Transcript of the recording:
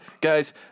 guys